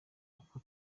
uko